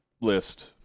list